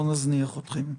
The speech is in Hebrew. לא נזניח אתכם.